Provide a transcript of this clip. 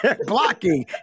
Blocking